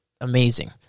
amazing